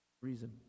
reason